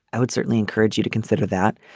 i would certainly encourage you to consider that.